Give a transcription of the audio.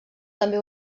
també